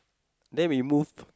then we move